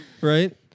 right